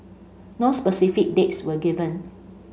no specific dates were given